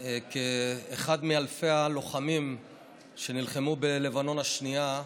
כאחד מאלפי הלוחמים שנלחמו בלבנון השנייה,